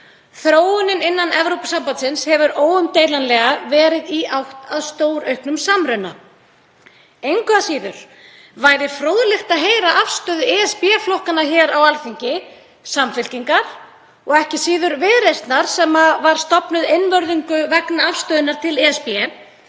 Þróunin innan Evrópusambandsins hefur óumdeilanlega verið í átt að stórauknum samruna. Engu að síður væri fróðlegt að heyra afstöðu ESB-flokkanna hér á Alþingi, Samfylkingar og ekki síður Viðreisnar, sem var stofnuð einvörðungu vegna afstöðunnar til ESB,